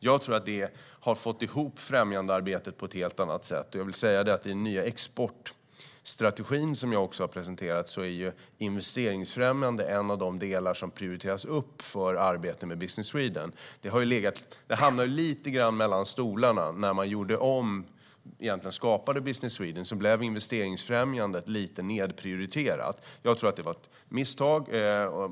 Jag tror att detta har fått ihop främjandearbetet på ett helt annat sätt. I den nya exportstrategin som jag också har presenterat är investeringsfrämjande en av de delar som prioriteras upp för arbete med Business Sweden. Det hamnade lite grann mellan stolarna när man gjorde om och skapade Business Sweden. Då blev investeringsfrämjandet lite nedprioriterat. Jag tror att det var ett misstag.